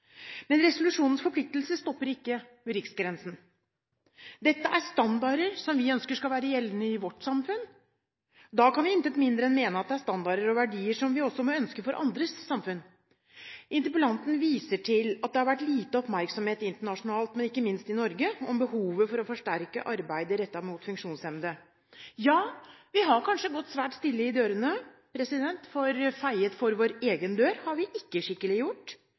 Men resolusjonens forpliktelser stopper ikke ved riksgrensen. Dette er standarder som vi ønsker skal være gjeldende i vårt samfunn. Da kan vi intet mindre enn mene at det er standarder og verdier som vi også må ønske for andres samfunn. Interpellanten viser til at det har vært lite oppmerksomhet internasjonalt, og ikke minst i Norge, om behovet for å forsterke arbeidet rettet mot funksjonshemmede. Ja, vi har kanskje gått svært stille i dørene, for vi har ikke feiet skikkelig for vår egen dør.